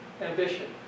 ambition